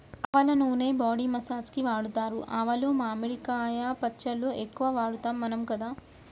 ఆవల నూనె body massage కి వాడుతారు ఆవాలు మామిడికాయ పచ్చళ్ళ ఎక్కువ వాడుతాం మనం కదా